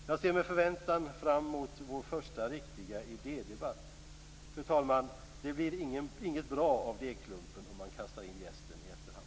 Jag ser med förväntan fram mot vår första riktiga idédebatt. Fru talman! Det blir inget bra av degklumpen om man kastar in jästen i efterhand.